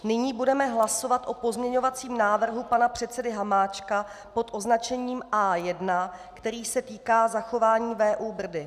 Nyní budeme hlasovat o pozměňovacím návrhu pana předsedy Hamáčka pod označením A1, který se týká zachování VÚ Brdy.